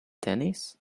tennis